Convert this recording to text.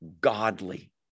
godly